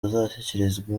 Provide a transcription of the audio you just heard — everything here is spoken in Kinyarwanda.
azashyikirizwa